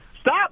Stop